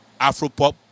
Afropop